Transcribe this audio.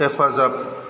हेफाजाब